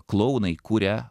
klounai kuria